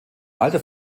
alter